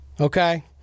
Okay